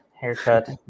haircut